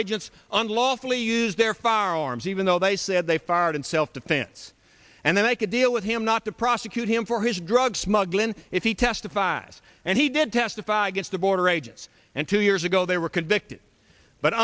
agents unlawfully use their firearms even though they said they fired in self defense and then make a deal with him not to prosecute him for his drug smuggling if he testifies and he did testify against the border agents and two years ago they were convicted but